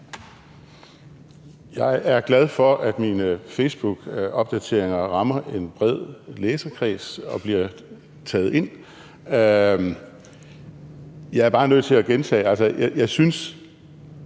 Jeg er glad for, at mine facebookopdateringer rammer en bred læserkreds og bliver taget ind. Jeg er bare nødt til at gentage, at jeg synes,